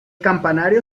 campanario